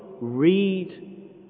read